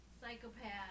psychopath